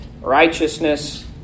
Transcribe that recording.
righteousness